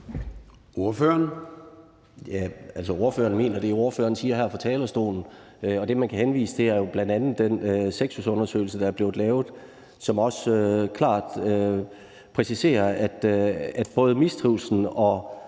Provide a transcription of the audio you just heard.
Ordføreren mener det, ordføreren siger her fra talerstolen. Og det, man kan henvise til, er jo bl.a. den SEXUSundersøgelse, der er blevet lavet, som også klart præciserer, at både mistrivslen og